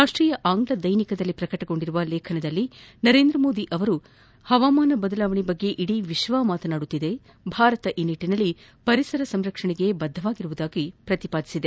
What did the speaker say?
ರಾಷ್ಟೀಯ ಆಂಗ್ಲ ದೈನಿಕದಲ್ಲಿ ಪ್ರಕಟಗೊಂಡಿರುವ ಲೇಖನ ನರೇಂದ್ರ ಮೋದಿ ಅವರು ಹವಾಮಾನ ಬದಲಾವಣೆ ಬಗ್ಗೆ ಇದೀ ವಿಶ್ವ ಮಾತನಾಡುತ್ತಿದ್ದು ಭಾರತ ಈ ನಿಟ್ಟಿನಲ್ಲಿ ಪರಿಸರ ಸಂರಕ್ಷಣೆಗೆ ಬದ್ದವಾಗಿರುವುದನ್ನು ಪ್ರತಿಪಾದಿಸಿದೆ